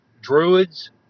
druids